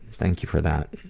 thank you for that.